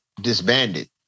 disbanded